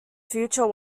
future